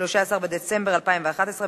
13 בדצמבר 2011,